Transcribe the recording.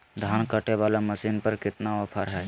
धान कटे बाला मसीन पर कितना ऑफर हाय?